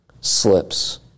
slips